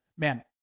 Man